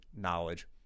knowledge